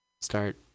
start